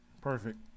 perfect